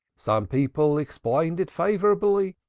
some people explained it favorably.